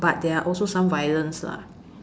but there are also some violence lah